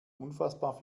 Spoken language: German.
unfassbar